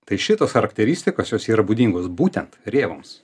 tai šitos charakteristikos jos yra būdingos būtent rėvoms